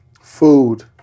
Food